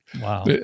Wow